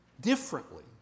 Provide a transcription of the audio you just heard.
differently